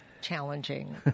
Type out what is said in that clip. challenging